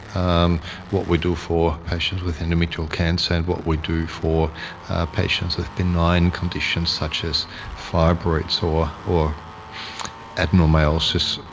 um what we do for patients with endometrial cancer and what we do for patients with benign conditions such as fibroids or or adenomyosis,